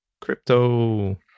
crypto